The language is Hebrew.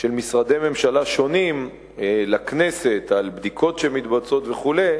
של משרדי ממשלה שונים לכנסת על בדיקות שמתבצעות וכו'